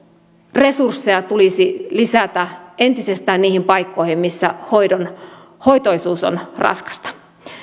resursseja tulisi lisätä entisestään niihin paikkoihin missä hoitoisuus on raskasta